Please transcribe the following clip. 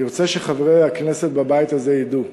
אני רוצה שחברי הכנסת בבית הזה ידעו,